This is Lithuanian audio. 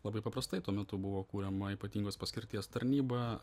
labai paprastai tuo metu buvo kuriama ypatingos paskirties tarnyba